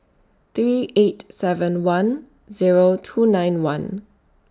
three eight seven one Zero two nine one